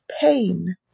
pain